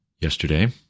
yesterday